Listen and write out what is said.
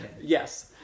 Yes